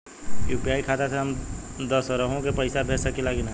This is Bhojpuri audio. यू.पी.आई खाता से हम दुसरहु के पैसा भेज सकीला की ना?